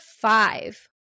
five